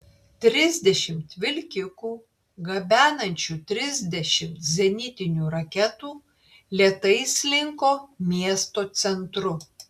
trisdešimt vilkikų gabenančių trisdešimt zenitinių raketų lėtai slinko miesto centru